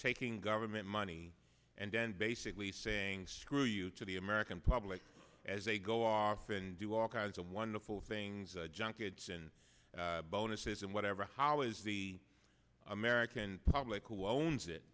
government money and then basically saying screw you to the american public as they go on and do all kinds of wonderful things junkets and bonuses and whatever how is the american public who owns it